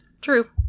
True